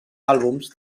àlbums